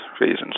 reasons